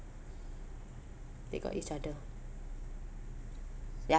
they got each other ya